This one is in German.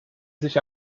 sich